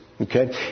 Okay